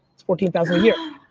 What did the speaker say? fourteen thousand a year.